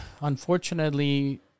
unfortunately